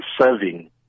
serving